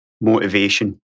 motivation